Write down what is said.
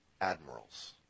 admirals